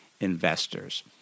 investors